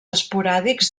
esporàdics